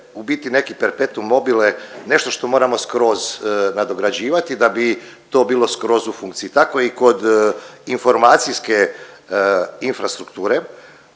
u biti neki perpetuum mobile, nešto što moramo skroz nadograđivati da bi to bilo skroz u funkciji. Tako je i kod informacijske infrastrukture.